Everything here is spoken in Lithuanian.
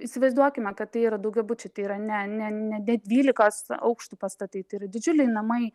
įsivaizduokime kad tai yra daugiabučiai tai yra ne ne ne ne dvylikos aukštų pastatai tai yra didžiuliai namai